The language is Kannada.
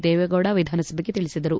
ದೇವೇಗೌಡ ವಿಧಾನಸಭೆಗೆ ತಿಳಿಸಿದರು